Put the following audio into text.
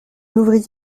ouvrier